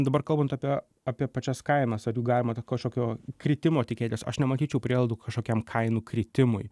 dabar kalbant apie apie pačias kainas ar jų galima to kažkokio kritimo tikėtis aš nematyčiau prielaidų kažkokiam kainų kritimui